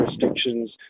jurisdictions